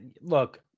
look